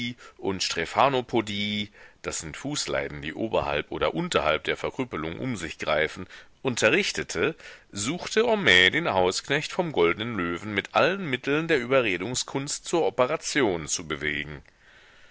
und strephanopodie das sind fußleiden die oberhalb oder unterhalb der verkrüppelung um sich greifen unterrichtete suchte homais den hausknecht vom goldnen löwen mit allen mitteln der überredungskunst zur operation zu bewegen